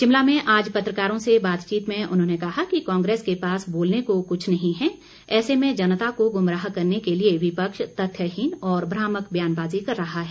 शिमला में आज पत्रकारों से बातचीत में उन्होंने कहा कि कांग्रेस के पास बोलने को कुछ नहीं है ऐसे में जनता को गुमराह करने के लिए विपक्ष तथ्यहीन और भ्रामक बयानबाज़ी कर रहा है